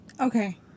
Okay